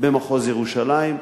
במחוז ירושלים.